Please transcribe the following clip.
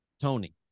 Tony